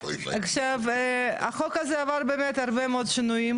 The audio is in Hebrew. עכשיו החוק הזה עבר באמת הרבה מאוד שינויים,